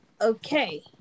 Okay